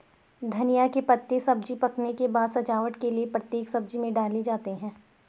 धनिया के पत्ते सब्जी पकने के बाद सजावट के लिए प्रत्येक सब्जी में डाले जाते हैं